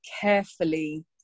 carefully